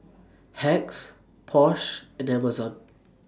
Hacks Porsche and Amazon